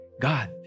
God